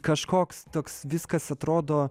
kažkoks toks viskas atrodo